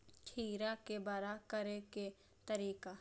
खीरा के बड़ा करे के तरीका?